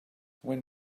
when